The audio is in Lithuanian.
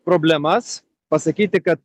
problemas pasakyti kad